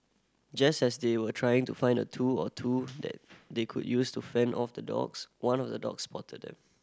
just as they were trying to find a tool or two that they could use to fend off the dogs one of the dogs spotted them